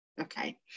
Okay